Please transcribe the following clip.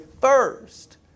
first